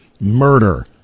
murder